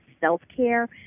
self-care